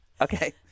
Okay